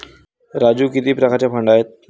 राजू किती प्रकारचे फंड आहेत?